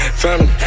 family